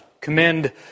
commend